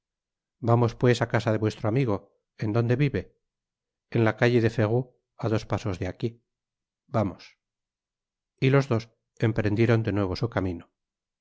vamos pues á casa de vuestro amigo en donde vive en la calle de ferou á dos pasos de aqui vamos y los dos emprendieron de nuevo su camino